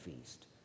feast